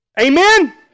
Amen